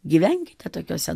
gyvenkite tokiuose